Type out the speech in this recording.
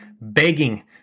begging